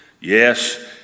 Yes